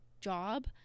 job